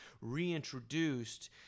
reintroduced